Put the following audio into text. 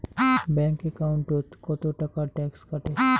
Bank একাউন্টত কতো টাকা ট্যাক্স কাটে?